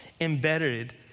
embedded